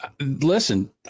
Listen